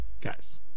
guys